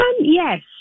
Yes